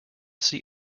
see